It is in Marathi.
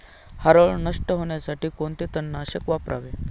हरळ नष्ट होण्यासाठी कोणते तणनाशक वापरावे?